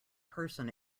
person